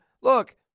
Look